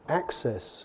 access